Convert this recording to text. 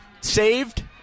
Saved